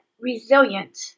resilient